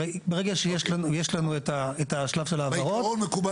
הרי ברגע שיש לנו את השלב של ההבהרות -- בעיקרון מקובל